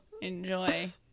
enjoy